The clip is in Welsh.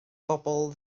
bobol